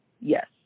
Yes